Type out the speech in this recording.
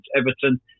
Everton